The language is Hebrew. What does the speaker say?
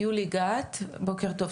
יולי גת, בוקר טוב.